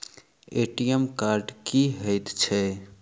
ATM card की हएत छै?